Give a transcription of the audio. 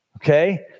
Okay